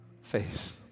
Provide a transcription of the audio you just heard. face